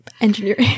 engineering